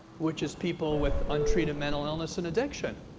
which is people with untreated mental illness and addiction